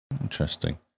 Interesting